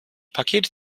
pakete